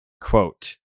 quote